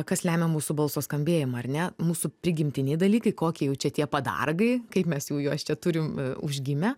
kas lemia mūsų balso skambėjimą ar ne mūsų prigimtiniai dalykai kokie jau čia tie padargai kaip mes jau juos čia turim užgimę